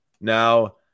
Now